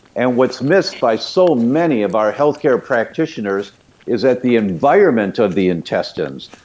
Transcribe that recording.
and what's missed by so many of our healthcare practitioners is that the environment of the intestines,